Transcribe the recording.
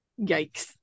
yikes